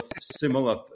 similar